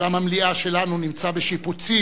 אולם המליאה שלנו בשיפוצים,